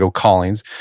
so callings.